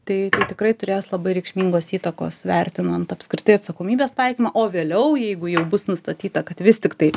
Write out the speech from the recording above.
tai tikrai turės labai reikšmingos įtakos vertinant apskritai atsakomybės taikymą o vėliau jeigu jau bus nustatyta kad vis tiktai